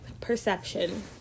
Perception